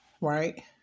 Right